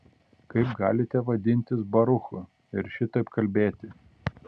kaip galite vadintis baruchu ir šitaip kalbėti